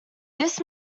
this